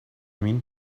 mean